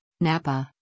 Napa